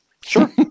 Sure